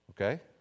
Okay